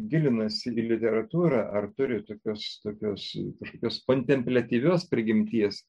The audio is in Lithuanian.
gilinasi į literatūrą ar turi tokios tokios kažkokios kontempliatyvios prigimties